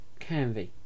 Canvey